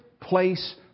place